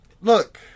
Look